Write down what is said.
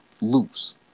loose